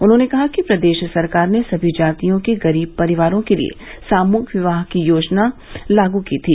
उन्होंने कहा कि प्रदेश सरकार ने सभी जातियों के गरीब परिवारों के लिये सामूहिक विवाह की योजना लागू की थी